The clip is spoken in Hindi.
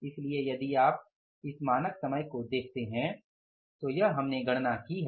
इसलिए यदि आप इस मानक समय को देखते हैं तो यह हमने गणना की है